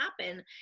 happen